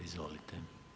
Izvolite.